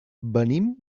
venim